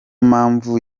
mpamvu